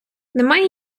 немає